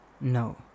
No